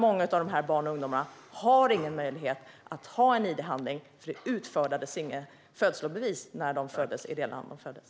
Många av dessa barn och ungdomar har ingen id-handling eftersom det inte utfärdades något födelsebevis när de föddes.